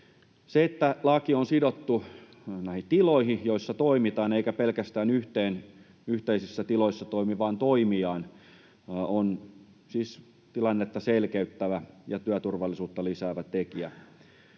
Se, että laki on sidottu näihin tiloihin, joissa toimitaan, eikä pelkästään yhteen yhteisissä tiloissa toimivaan toimijaan, on siis tilannetta selkeyttävä ja työturvallisuutta lisäävä tekijä.